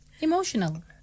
emotional